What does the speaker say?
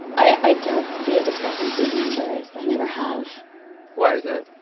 i don't see a discrepancy in numbers. i never have why is that?